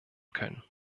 können